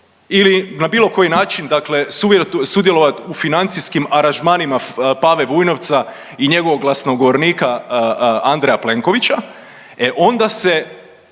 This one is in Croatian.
ili na bilo koji način dakle sudjelovat u financijskim aranžmanima Pave Vujnovca i njegovog glasnogovornika Andreja Plenkovića e onda se